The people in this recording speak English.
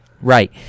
Right